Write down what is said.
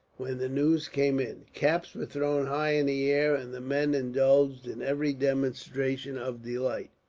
when the news came in. caps were thrown high in the air, and the men indulged in every demonstration of delight.